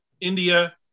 India